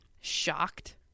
shocked